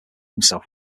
himself